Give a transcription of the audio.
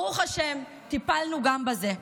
ברוך השם, טיפלנו גם בזה: